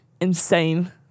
insane